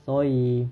所以